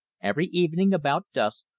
every evening about dusk,